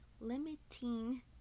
limiting